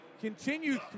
continue